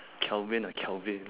kelvin ah kelvin